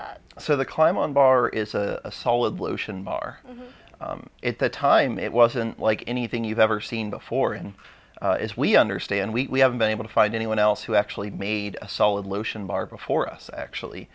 that so the climb on bar is a solid lotion bar at the time it wasn't like anything you've ever seen before and as we understand we haven't been able to find anyone else who actually made a solid lotion bar before us actually